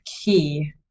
key